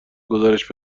گزارش